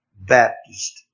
Baptist